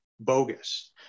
bogus